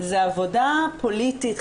זה עבודה פוליטית,